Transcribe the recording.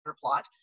plot